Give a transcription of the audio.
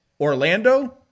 Orlando